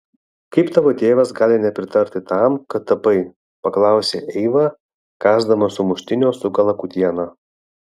kaip tavo tėvas gali nepritarti tam kad tapai paklausė eiva kąsdama sumuštinio su kalakutiena